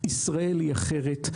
ישראל היא אחרת,